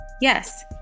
Yes